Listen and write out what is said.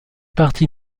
partie